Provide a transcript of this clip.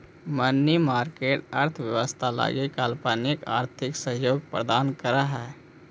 money market अर्थव्यवस्था लगी अल्पकालिक आर्थिक सहयोग प्रदान करऽ हइ